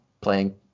playing –